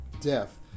death